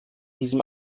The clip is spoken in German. diesen